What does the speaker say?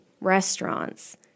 restaurants